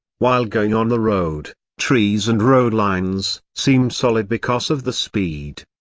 while going on the road, trees and road lines seem solid because of the speed.